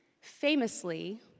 famously